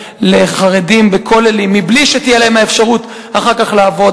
לחרדים בכוללים מבלי שתהיה להם האפשרות אחר כך לעבוד.